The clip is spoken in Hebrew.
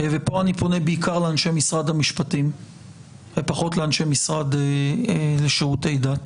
ופה אני פונה בעיקר לאנשי משרד המשפטים ופחות לאנשי משרד לשירותי דת